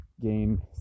gain